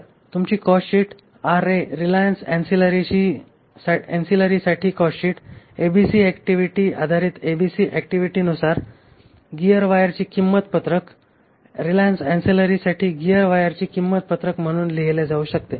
तर तुमची cost sheet RA Reliance अँसेलरीसाठी कॉस्टशीट एबीसी ऍक्टिव्हिटी आधारित एबीसी ऍक्टिव्हिटीनुसार गीयर वायरची किंमत पत्रक रिलायन्स अँसेलरीजसाठी गीयर वायरची किंमत पत्रक म्हणून लिहिले जाऊ शकते